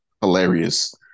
hilarious